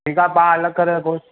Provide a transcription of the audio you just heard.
ठीकु आहे पाउ अलॻि करे रखोसि